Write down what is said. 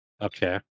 Okay